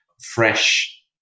fresh